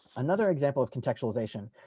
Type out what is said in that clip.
another example of contextualization.